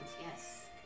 yes